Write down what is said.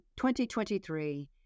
2023